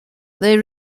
they